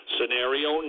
Scenario